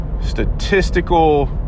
statistical